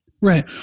Right